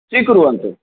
स्वीकुर्वन्तु